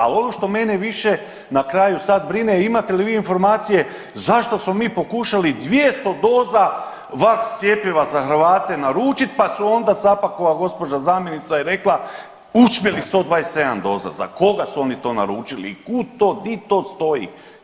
A ono što mene više na kraju sad brine, imate li informacije zašto smo mi pokušali 200 doza vakscjepiva za Hrvate naručit pa su onda Capakova gospođa zamjenica je rekla uspjeli 127 doza, za koga su oni to naručili i kud to, di to stoji.